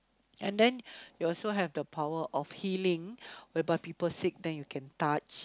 and then you also have the power of healing whereby people sick then you can touch